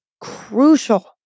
crucial